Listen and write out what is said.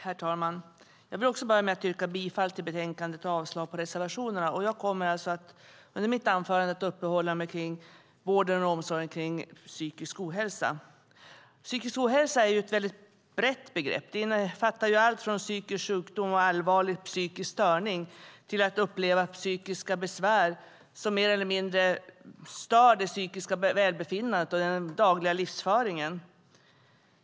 Herr talman! Jag vill börja med att yrka bifall till förslaget i betänkandet och avslag på reservationerna. Jag kommer i mitt anförande att uppehålla mig vid vården och omsorgen kring psykisk ohälsa. Psykisk ohälsa är ju ett väldigt brett begrepp. Det innefattar allt från psykisk sjukdom och allvarlig psykisk störning till att uppleva psykiska besvär som mer eller mindre stör det psykiska välbefinnandet och den dagliga livsföringen.